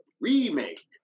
Remake